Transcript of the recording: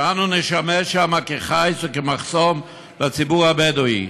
שאנו נשמש שם כחיץ וכמחסום לציבור הבדואי.